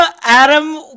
Adam